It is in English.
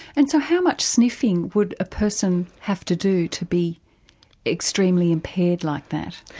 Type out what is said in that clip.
and so how much sniffing would a person have to do to be extremely impaired like that?